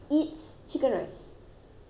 for example ah okay